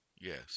yes